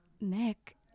Nick